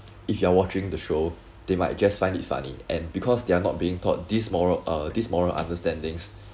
if you are watching the show they might just find it funny and because they are not being taught these moral uh these moral understandings